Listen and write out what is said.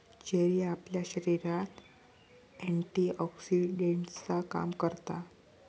cherry आपल्या शरीरात एंटीऑक्सीडेंटचा काम करता